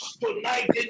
tonight